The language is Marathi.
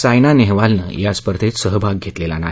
सायना नेहवालालने या स्पर्धेत सहभाग घेतलेला नाही